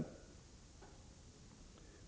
Herr talman!